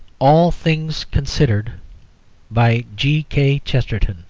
all things considered by g. k. chesterton